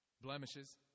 blemishes